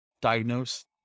diagnose